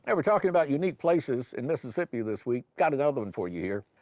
and we're talking about unique places in mississippi this week. got another one for you here.